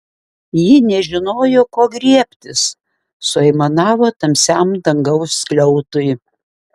ji nežinojo ko griebtis suaimanavo tamsiam dangaus skliautui